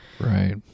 Right